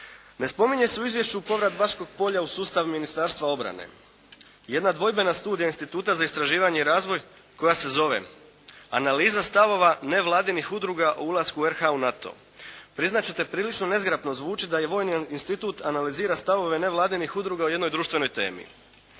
Ne spominje se u izvješću povrat Baškog polja u sustav Ministarstva obrane. Jedna dvojbena studija Instituta za istraživanje i razvoj koja se zove “Analiza stavova nevladinih udruga o ulasku RH u NATO“. Priznat ćete prilično nezgrapno zvuči da i vojni institut analizira stavove nevladinih udruga o jednoj društvenoj temi.